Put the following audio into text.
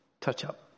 touch-up